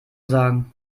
sagen